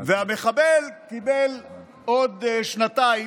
והמחבל קיבל עוד שנתיים.